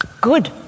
Good